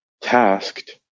tasked